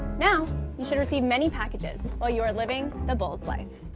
now you should receive many packages while you are living the bulls life!